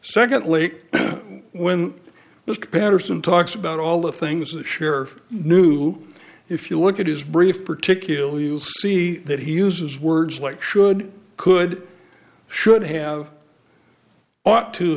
secondly when mr patterson talks about all the things the sheriff knew if you look at his brief particularly you see that he uses words like should could should have